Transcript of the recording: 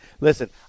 Listen